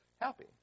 happy